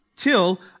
till